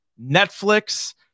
netflix